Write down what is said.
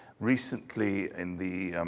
recently in the,